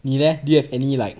你 leh do you have any like